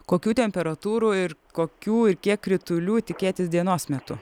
kokių temperatūrų ir kokių ir kiek kritulių tikėtis dienos metu